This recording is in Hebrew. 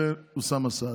זה אוסאמה סעדי.